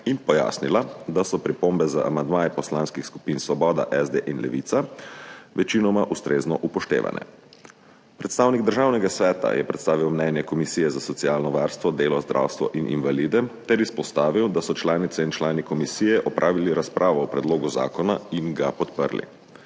in pojasnila, da so pripombe za amandmaje poslanskih skupin Svoboda, SD in Levica večinoma ustrezno upoštevane. Predstavnik Državnega sveta je predstavil mnenje Komisije za socialno varstvo, delo, zdravstvo in invalide ter izpostavil, da so članice in člani komisije opravili razpravo o predlogu zakona in ga podprli.